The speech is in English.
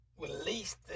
release